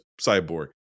cyborg